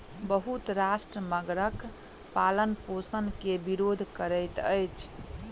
बहुत राष्ट्र मगरक पालनपोषण के विरोध करैत अछि